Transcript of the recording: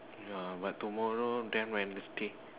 ya but tomorrow then Wednesday